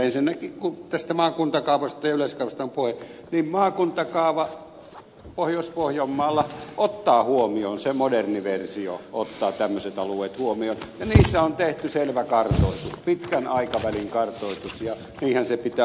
ensinnäkin kun tästä maakuntakaavasta ja yleiskaavasta on puhe niin maakuntakaavan moderni versio pohjois pohjanmaalla ottaa tämmöiset alueet huomioon ja niissä on tehty selvä kartoitus pitkän aikavälin kartoitus ja niinhän se pitää hoitaakin